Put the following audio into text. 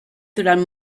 durant